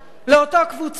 לאותה קבוצה,